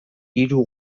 hiru